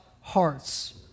hearts